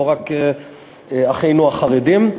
לא רק אחינו החרדים.